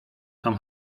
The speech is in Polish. tam